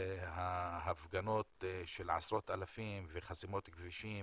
וההפגנות של עשרות אלפים וחסימות כבישים